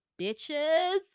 bitches